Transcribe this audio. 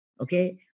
Okay